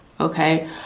okay